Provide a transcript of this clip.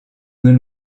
nel